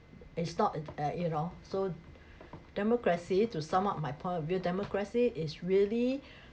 it's not eh you know so democracy to sum up my point of view democracy is really